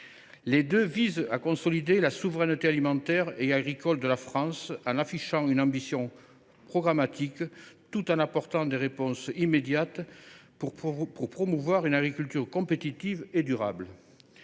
ont pour objectif de consolider la souveraineté alimentaire et agricole de la France en affichant une ambition programmatique, tout en apportant des réponses immédiates pour promouvoir une agriculture compétitive et durable.